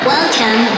Welcome